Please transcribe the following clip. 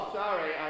sorry